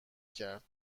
کرد